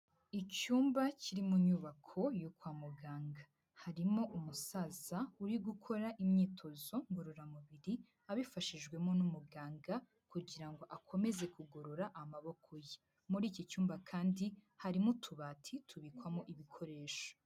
Icyumba kiri mu nyubako yo kwa muganga, harimo umusaza uri gukora imyitozo ngororamubiri, abifashijwemo n'umuganga kugira ngo akomeze kugorora amaboko ye, muri iki cyumba kandi harimo utubati tubikwamo ibikoresho.